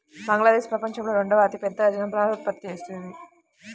బంగ్లాదేశ్ ప్రపంచంలో రెండవ అతిపెద్ద జనపనార ఉత్పత్తి దేశం